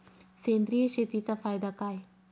सेंद्रिय शेतीचा फायदा काय?